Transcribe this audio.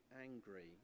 angry